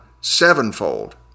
sevenfold